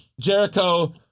Jericho